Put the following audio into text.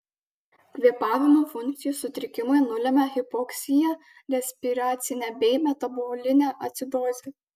kvėpavimo funkcijos sutrikimai nulemia hipoksiją respiracinę bei metabolinę acidozę